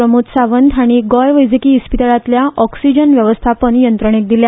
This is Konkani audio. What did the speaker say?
प्रमोद सावंत हाणीं गोंय वैजकी इस्पितळांतल्या ऑक्सिजन वेवस्थापन यंत्रणेक दिल्या